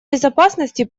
безопасности